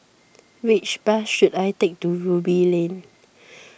which bus should I take to Ruby Lane